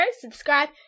subscribe